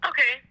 Okay